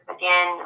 again